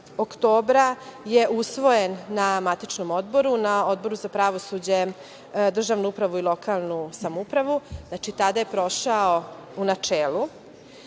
oktobra je usvojen na matičnom odboru, Odboru za pravosuđe, državnu upravu i lokalnu samoupravu. Znači, tada je prošao u